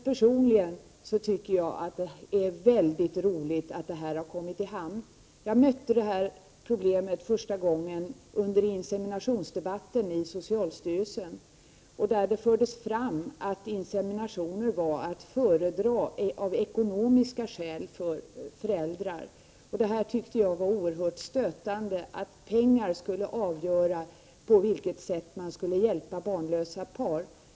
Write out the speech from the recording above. Personligen tycker jag att det är mycket bra att detta har kommit i hamn. Jag mötte detta problem första gången under inseminationsdebatten i socialstyrelsen. Man förde fram argumentet att inseminationer var att föredra av ekonomiska skäl för föräldrarna. Jag tyckte det var oerhört stötande att pengar skulle avgöra hur man skulle hjälpa barnlösa par.